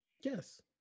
Yes